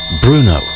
Bruno